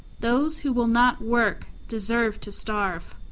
those who will not work deserve to starve.